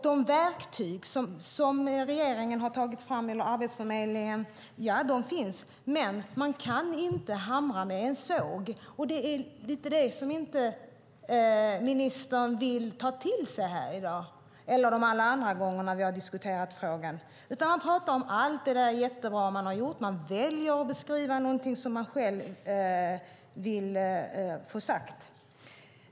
Ja, regeringen eller Arbetsförmedlingen har tagit fram verktyg, men man kan inte hamra med en såg. Det är det som ministern inte riktigt vill ta till sig vare sig i dag eller alla de andra gångerna vi har diskuterat frågan. I stället talar man om allt bra som man har gjort. Man väljer att beskriva något som man själv vill få sagt.